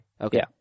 Okay